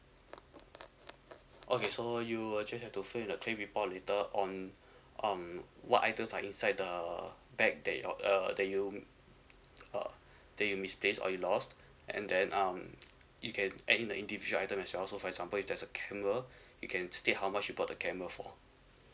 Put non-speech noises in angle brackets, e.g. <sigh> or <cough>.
okay so you uh just have to fill in the claim report later on <breath> um what items are inside the bag that your uh that you uh that you misplaced or you lost and then um you can add in the individual item as well so for example if there's a camera <breath> you can state how much you bought the camera for